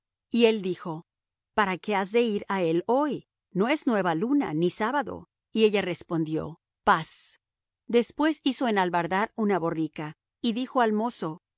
y él dijo para qué has de ir á él hoy no es nueva luna ni sábado y ella respondió paz después hizo enalbardar una borrica y dijo al mozo